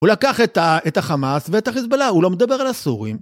הוא לקח את החמאס ואת החיזבאללה, הוא לא מדבר על הסורים.